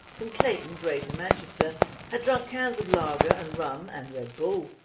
from clayton, greater manchester had drunk cans of lager and rum and red bull.